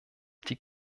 die